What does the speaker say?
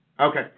Okay